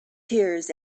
tears